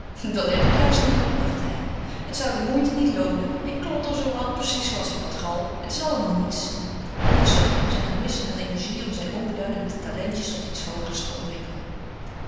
dat heb ik juist niet lachte hij het zou de moeite niet loonen ik klodder zoo wat precies zooals ik wat galm het is allemaal niets en hij zuchtte om zijn gemis aan energie om zijn onbeduidende talentjes tot iets hoogers te ontwikkelen